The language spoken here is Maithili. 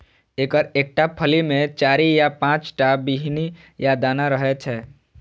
एकर एकटा फली मे चारि सं पांच टा बीहनि या दाना रहै छै